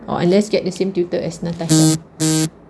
or unless get the same tutor as natasha